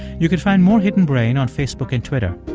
you can find more hidden brain on facebook and twitter.